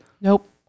Nope